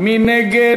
מי נגד?